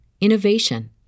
innovation